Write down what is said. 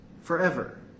forever